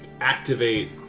Activate